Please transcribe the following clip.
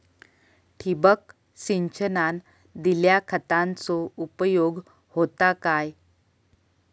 ठिबक सिंचनान दिल्या खतांचो उपयोग होता काय?